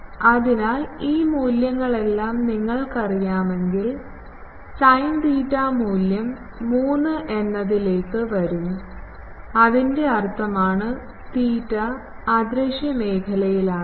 അതിനാൽ ഈ മൂല്യങ്ങളെല്ലാം നിങ്ങൾക്കറിയാമെങ്കിൽ സൈൻ തീറ്റ മൂല്യം 3 എന്നതിലേക്ക് വരും അതിൻറെ അർത്ഥമെന്താണ് തീറ്റ അദൃശ്യ മേഖലയിലാണെന്ന്